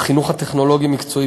בחינוך הטכנולוגי-מקצועי,